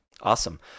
Awesome